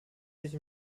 sich